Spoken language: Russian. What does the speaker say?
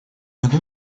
году